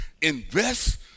invest